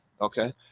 Okay